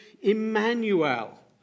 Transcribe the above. Emmanuel